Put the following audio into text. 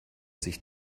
sich